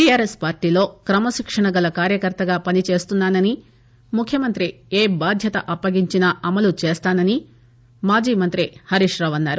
TRS పార్టీలో క్రమశిక్షణ గల కార్యకర్తగా పని చేస్తున్నానని ముఖ్యమంత్రి ఏ బాధ్యత అప్పగించినా అమలు చేస్తానని మాజీ మంతి హరీష్రావు అన్నారు